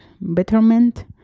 betterment